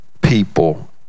people